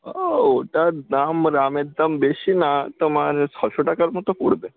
ও ওটার দাম রামের দাম বেশি না তোমার ছশো টাকার মতো পড়বে